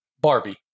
Barbie